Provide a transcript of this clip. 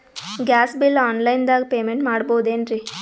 Gas bill online ದಾಗ payment ಮಾಡಬೋದೇನ್ರಿ?